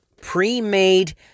pre-made